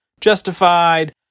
justified